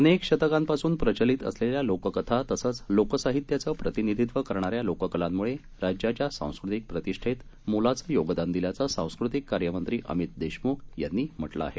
अनेकशतकांपासूनप्रचलितअसलेल्यालोककथातसंचलोकसाहित्याचंप्रतिनिधित्वकरणा ऱ्यालोककलांमुळेराज्याच्यासांस्कृतिकप्रतिष्ठेतमोलाचंयोगदानदिल्याचंसांस्कृतिककार्यमंत्रीअ मितदेशम्खयांनीम्हटलंआहे